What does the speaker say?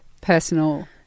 personal